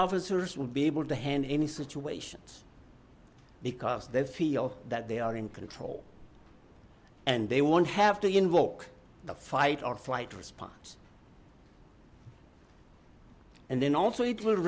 officers will be able to hand any situations because they feel that they are in control and they won't have to invoke the fight or flight response and then also it w